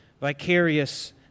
vicarious